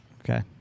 Okay